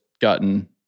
gotten